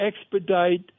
expedite